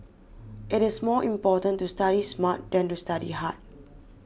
it is more important to study smart than to study hard